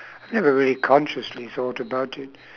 I never really consciously thought about it